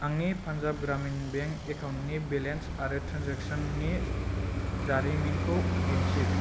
आंनि पान्जाब ग्रामिन बेंक एकाउन्टनि बेलेन्स आरो ट्रेनजेक्सननि जारिमिनखौ दिन्थि